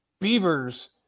Beavers